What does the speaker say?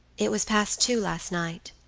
it was past two last night,